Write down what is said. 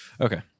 Okay